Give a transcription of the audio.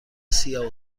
سیاه